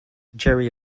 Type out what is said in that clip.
gerry